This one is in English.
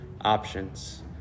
options